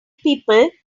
people